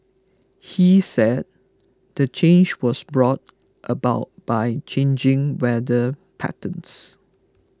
he said the change was brought about by changing weather patterns